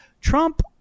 Trump